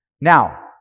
Now